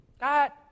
God